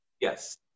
Yes